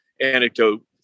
anecdote